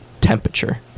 temperature